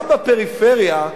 גם בפריפריה,